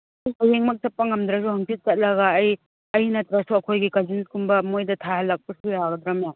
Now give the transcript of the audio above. ꯑꯩ ꯍꯌꯦꯡꯃꯛ ꯆꯠꯄ ꯉꯝꯗ꯭ꯔꯁꯨ ꯍꯪꯆꯤꯠ ꯆꯠꯂꯒ ꯑꯩ ꯑꯩ ꯅꯠꯇ꯭ꯔꯁꯨ ꯑꯩꯈꯣꯏꯒꯤ ꯀꯖꯤꯟꯁꯒꯨꯝꯕ ꯃꯣꯏꯗ ꯊꯥꯍꯜꯂꯛꯄꯁꯨ ꯌꯥꯒꯗ꯭ꯔꯥ ꯃꯦꯝ